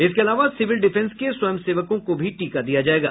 इसके अलावा civil defence के स्वयंसेवकों को भी टीका दिया जायेगा